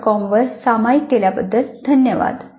com वर सामायिक केल्याबद्दल धन्यवाद